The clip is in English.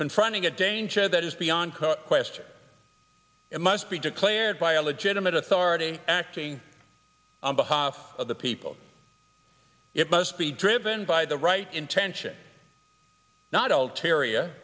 confronting a danger that is beyond question it must be declared by a legitimate authority acting on behalf of the people it must be driven by the right intent not all ter